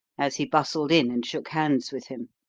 as he bustled in and shook hands with him.